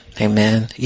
Amen